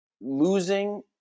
losing